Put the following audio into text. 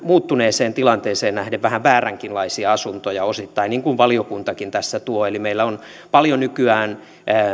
muuttuneeseen tilanteeseen nähden ehkä vähän vääränlaisiakin asuntoja osittain niin kuin valiokuntakin tässä tuo esille eli meillä on paljon nykyään